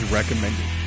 recommended